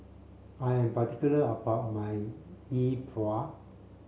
I am particular about my Yi Bua